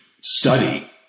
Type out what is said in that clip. study